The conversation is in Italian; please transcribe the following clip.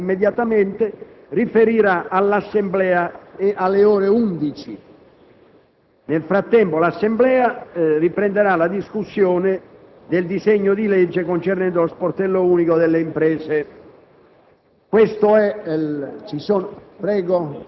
La Commissione bilancio, che è autorizzata a convocarsi immediatamente, riferirà all'Assemblea alle ore 11. Nel frattempo l'Assemblea riprenderà la discussione del disegno di legge n. 1532, concernente lo sportello unico delle imprese.